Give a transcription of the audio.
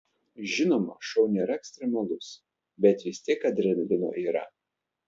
žinoma šou nėra ekstremalus bet vis tiek adrenalino yra